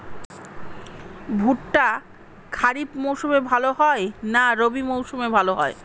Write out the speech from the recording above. ভুট্টা খরিফ মৌসুমে ভাল হয় না রবি মৌসুমে ভাল হয়?